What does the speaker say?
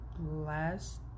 last